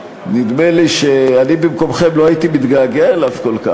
נדמה לי שאני במקומכם לא הייתי מתגעגע אליו כל כך.